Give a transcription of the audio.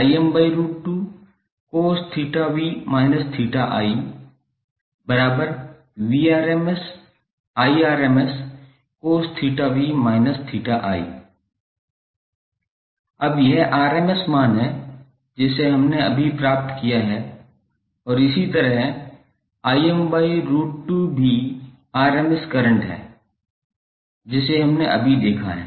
𝑃cos𝜃𝑣−𝜃𝑖𝑐𝑜𝑠𝜃𝑣−𝜃𝑖 अब यह rms मान है जिसे हमने अभी प्राप्त किया है और इसी तरह Im by root 2 भी rms करंट है जिसे हमने अभी देखा है